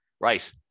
right